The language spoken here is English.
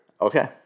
Okay